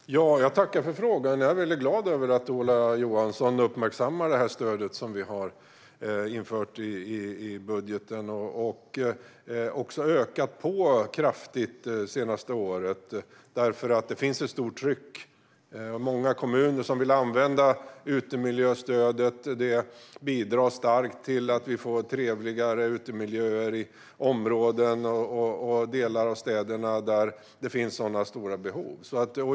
Fru talman! Jag tackar för frågan. Jag är glad över att Ola Johansson uppmärksammar stödet som vi har infört och också kraftigt ökat i budgeten det senaste året, eftersom det finns ett stort tryck. Det är många kommuner som vill använda utemiljöstödet. Det bidrar starkt till att vi får trevligare utemiljöer i bostadsområden och delar av städerna där det finns sådana stora behov.